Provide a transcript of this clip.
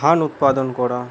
ধান উৎপাদন করা